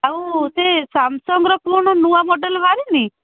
ଆଉ ସେ ସାମସଙ୍ଗର ଫୋନ ନୂଆ ମଡ଼େଲ୍ ବାହାରିନି